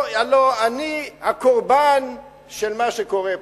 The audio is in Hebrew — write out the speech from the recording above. הלוא אני הקורבן של מה שקורה פה.